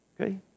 Okay